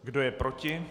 Kdo je proti?